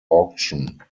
auction